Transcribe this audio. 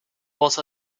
what